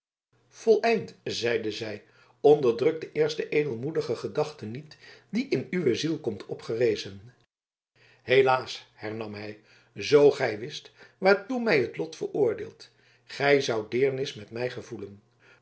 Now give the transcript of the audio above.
voleind zeide zij onderdruk de eerste edelmoedige gedachte niet die in uwe ziel komt opgerezen helaas hernam hij zoo gij wist waartoe mij het lot veroordeelt gij zoudt deernis met mij gevoelen